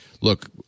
look